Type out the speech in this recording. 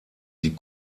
die